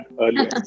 earlier